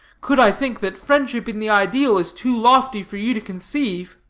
could i think that friendship in the ideal is too lofty for you to conceive.